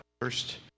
First